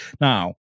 Now